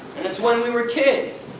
and it's when we were kids!